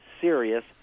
serious